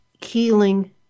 healing